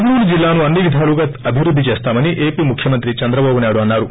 కర్నూలు జిల్లాను అన్ని విధాలుగా అభివృద్ది చేస్తామని ఏపీ ముఖ్యమంత్రి చంద్రబాబునాయుడు అన్నారు